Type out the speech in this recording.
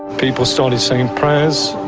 people started saying prayers,